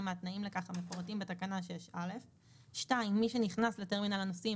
מהתנאים לכך המפורטים בתקנה 6(א); מי שנכנס לטרמינל הנוסעים